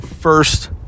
first